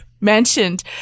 mentioned